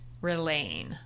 relaying